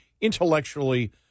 intellectually